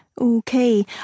Okay